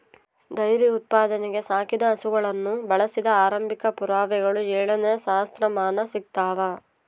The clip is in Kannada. ಡೈರಿ ಉತ್ಪಾದನೆಗೆ ಸಾಕಿದ ಹಸುಗಳನ್ನು ಬಳಸಿದ ಆರಂಭಿಕ ಪುರಾವೆಗಳು ಏಳನೇ ಸಹಸ್ರಮಾನ ಸಿಗ್ತವ